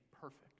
perfect